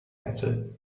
answered